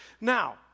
Now